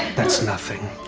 that's nothing.